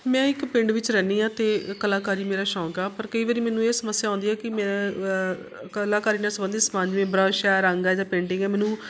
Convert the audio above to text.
ਮੈਂ ਇੱਕ ਪਿੰਡ ਵਿੱਚ ਰਹਿੰਦੀ ਹਾਂ ਅਤੇ ਕਲਾਕਾਰੀ ਮੇਰਾ ਸ਼ੌਂਕ ਆ ਪਰ ਕਈ ਵਾਰੀ ਮੈਨੂੰ ਇਹ ਸਮੱਸਿਆ ਆਉਂਦੀ ਕਿ ਮੈਂ ਕਲਾਕਾਰੀ ਨਾਲ ਸੰਬੰਧਿਤ ਸਮਾਨ ਜਿਵੇਂ ਬਰਸ਼ ਹੈ ਰੰਗ ਹੈ ਜਾਂ ਪੇਟਿੰਗ ਹੈ ਮੈਨੂੰ